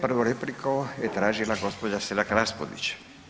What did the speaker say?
Prvu repliku je tražila gospođa Selak Raspudić.